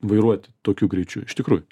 vairuot tokiu greičiu iš tikrųjų